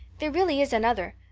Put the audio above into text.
there really is another.